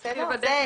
רציתי לוודא.